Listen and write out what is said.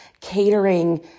catering